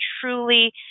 truly